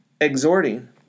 exhorting